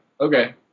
Okay